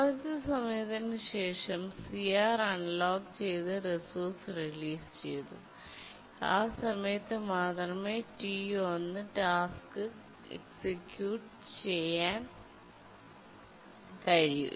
കുറച്ച് സമയത്തിന് ശേഷം അത് സിആർ അൺലോക്ക് ചെയ്തു റിസോഴ്സ് റിലീസ് ചെയ്യുന്നു ആ സമയത്ത് മാത്രമേ T1 ടാസ്ക് എക്സിക്യൂട്ട് ചെയ്യാൻ കഴിയൂ